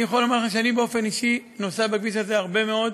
אני יכול לומר שאני באופן אישי נוסע בכביש הזה הרבה מאוד,